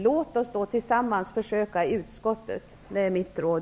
Låt oss försöka tillsammans i utskottet. Det är mitt råd.